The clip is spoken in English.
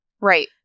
Right